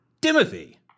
Timothy